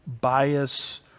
bias